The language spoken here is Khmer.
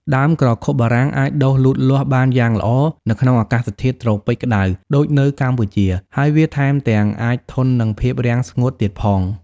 ដើមក្រខុបបារាំងអាចដុះលូតលាស់បានយ៉ាងល្អនៅក្នុងអាកាសធាតុត្រូពិចក្ដៅដូចនៅកម្ពុជា ហើយវាថែមទាំងអាចធន់នឹងភាពរាំងស្ងួតទៀតផង។